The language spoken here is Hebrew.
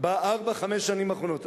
בארבע-חמש השנים האחרונות.